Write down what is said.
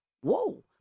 Whoa